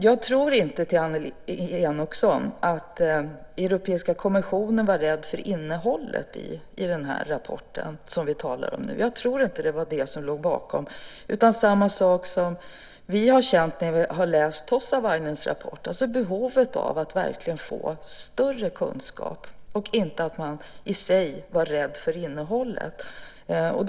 Jag tror inte, Annelie Enochson, att Europeiska kommissionen var rädd för innehållet i den rapport vi talar om nu. Jag tror inte att det var det som låg bakom, utan samma sak som vi har känt när vi har läst Tossavainens rapport, alltså behovet av att verkligen få större kunskap - inte att man var rädd för innehållet i sig.